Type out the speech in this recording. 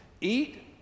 Eat